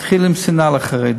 זה התחיל עם שנאה לחרדים,